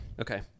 Okay